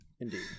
Indeed